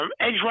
edge